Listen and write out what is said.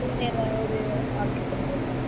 இதில் ஏதாவது ஆல்ட்டர் பண்ணுறது